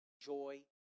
joy